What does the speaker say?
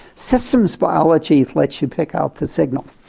systems biology lets you pick out the signal.